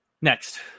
Next